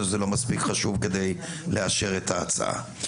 שזה לא מספיק חשוב כדי לאשר את ההצעה.